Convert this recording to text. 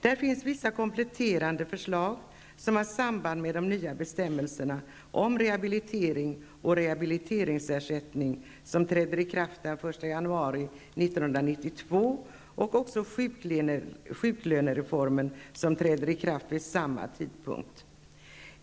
Där finns vissa kompletterande förslag som har samband med de nya bestämmelserna om rehabilitering och rehabiliteringsersättning som skall träda i kraft den 1 januari 1992 och också om sjuklönereformen som skall träda i kraft vid samma tidpunkt.